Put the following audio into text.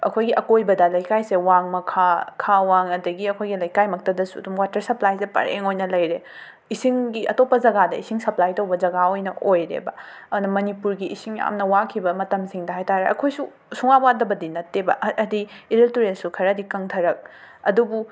ꯑꯩꯈꯣꯏꯒꯤ ꯑꯀꯣꯏꯕꯗ ꯂꯩꯀꯥꯏꯁꯦ ꯋꯥꯡꯃ ꯈꯥ ꯈꯥ ꯋꯥꯡ ꯑꯗꯒꯤ ꯑꯩꯈꯣꯏ ꯂꯩꯀꯥꯏꯃꯛꯇꯗꯁꯨ ꯑꯗꯨꯝ ꯋꯥꯇꯔ ꯁꯄ꯭ꯂꯥꯏꯖꯦ ꯄꯥꯔꯦꯡ ꯑꯣꯏꯅ ꯂꯩꯔꯦ ꯏꯁꯤꯡꯒꯤ ꯑꯇꯣꯞꯄ ꯖꯒꯥꯗ ꯏꯁꯤꯡ ꯁꯄ꯭ꯂꯥꯏ ꯇꯧꯕ ꯖꯒꯥ ꯑꯣꯏꯅ ꯑꯣꯏꯔꯦꯕ ꯑꯗꯨꯅ ꯃꯥꯅꯤꯄꯨꯔꯒꯤ ꯏꯁꯤꯡ ꯌꯥꯝꯅ ꯋꯥꯈꯤꯕ ꯃꯇꯝꯁꯤꯡꯗ ꯍꯥꯏ ꯇꯥꯔꯦ ꯑꯩꯈꯣꯏꯁꯨ ꯁꯨꯡꯋꯥ ꯋꯥꯗꯕꯗꯤ ꯅꯠꯇꯦꯕ ꯍ ꯍꯥꯏꯗꯤ ꯏꯔꯤꯜ ꯇꯨꯔꯦꯜꯁꯨ ꯈꯔꯗꯤ ꯀꯪꯊꯔꯛꯑꯦ ꯑꯗꯨꯕꯨ